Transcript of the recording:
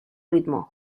ritmo